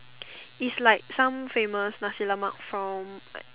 it's like some famous Nasi-Lemak from like